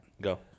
Go